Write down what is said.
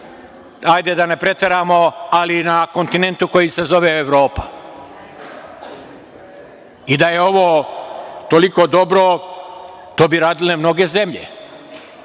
da ne preteramo, ali na kontinentu koji se zove Evropa. Da je ovo toliko dobro, to bi radile mnoge zemlje. Mi